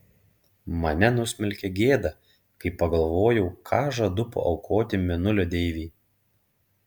mane nusmelkė gėda kai pagalvojau ką žadu paaukoti mėnulio deivei